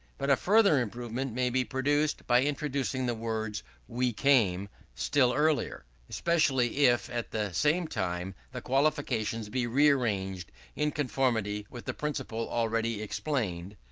but a further improvement may be produced by introducing the words we came still earlier especially if at the same time the qualifications be rearranged in conformity with the principle already explained,